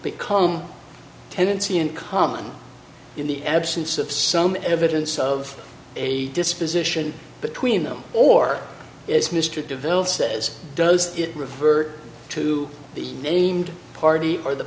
become tenancy in common in the absence of some evidence of a disposition between them or as mr divel says does it revert to the named party or the